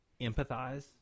empathize